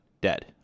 dead